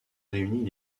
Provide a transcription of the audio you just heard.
réunit